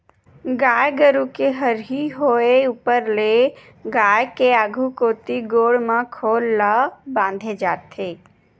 गाय गरु के हरही होय ऊपर ले गाय के आघु कोती गोड़ म खोल ल बांधे जाथे